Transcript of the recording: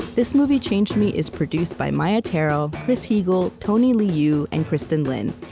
this movie changed me is produced by maia tarrell, chris heagle, tony liu, and kristin lin,